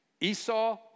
Esau